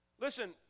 listen